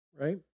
right